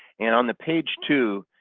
and on the page two,